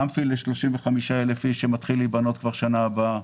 אמפי ל-35,000 אנשים שיתחיל להיבנות בשנה הבאה,